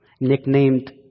nicknamed